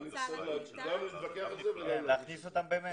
כי אני אצטרך גם להתווכח על זה ו --- להכניס אותם באמת